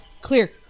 clear